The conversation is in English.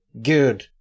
Good